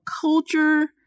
culture